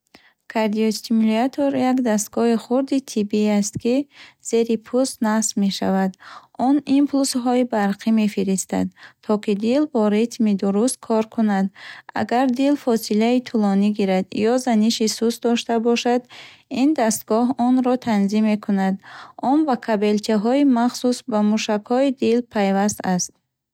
Кардиостимулятор як дастгоҳи хурди тиббӣ аст, ки зери пӯст насб мешавад. Он импулсҳои барқӣ мефиристад, то ки дил бо ритми дуруст кор кунад. Агар дил фосилаи тӯлонӣ гирад ё заниши суст дошта бошад, ин дастгоҳ онро танзим мекунад. Он бо кабелчаҳои махсус ба мушакҳои дил пайваст аст.